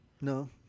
No